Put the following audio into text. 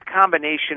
combination